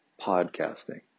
podcasting